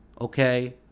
okay